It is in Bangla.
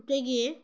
তে গিয়ে